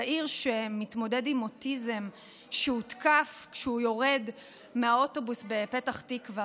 צעיר שמתמודד עם אוטיזם הותקף כשהוא יורד מהאוטובוס בפתח תקווה,